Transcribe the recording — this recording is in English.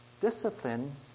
discipline